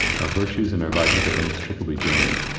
our virtues and our vices are inextricably joined.